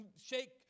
shake